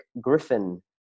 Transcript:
Griffin